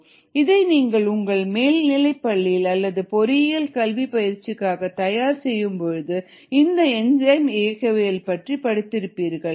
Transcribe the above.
rgES rcESdmESdt 0 இதை நீங்கள் உங்கள் மேல்நிலைப்பள்ளியில் அல்லது பொறியியல் கல்வி பயிற்சிக்காக தயார் செய்யும்பொழுது இந்த என்சைம் இயக்கவியல் பற்றி படித்திருப்பீர்கள்